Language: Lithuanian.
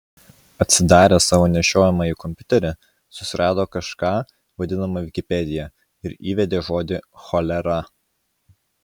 atsidaręs savo nešiojamąjį kompiuterį susirado kažką vadinamą vikipedija ir įvedė žodį cholera